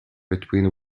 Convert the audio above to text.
between